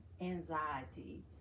anxiety